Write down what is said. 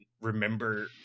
remember